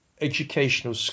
educational